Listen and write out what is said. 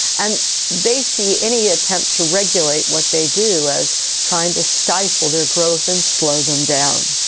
and they see any attempt to regulate what they do as trying to stifle their growth and slow them down.